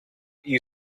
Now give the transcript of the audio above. you